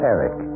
Eric